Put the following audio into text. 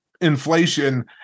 inflation